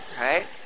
right